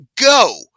go